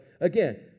again